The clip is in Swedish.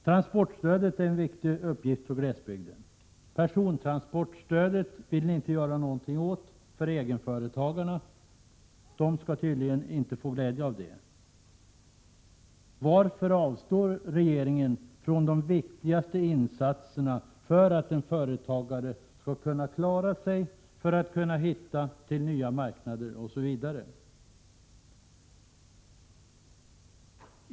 Transportstödet är viktigt för glesbygden. Persontransportstödet vill ni inte göra någonting åt — egenföretagarna skall tydligen inte få glädje av det. Varför avstår regeringen från de viktigaste insatserna för att en företagare skall kunna klara sig, hitta till nya marknader osv.?